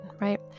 right